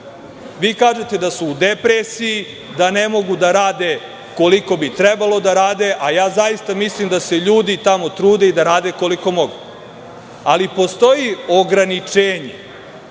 Vi kažete da su u depresiji, da ne mogu da rade koliko bi trebalo da rade, a ja zaista mislim da se ljudi tamo trude i da rade koliko mogu. Ali, postoji ograničenje. Kada